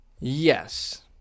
Yes